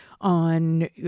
on